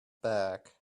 bag